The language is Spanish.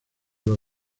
los